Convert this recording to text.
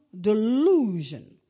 delusion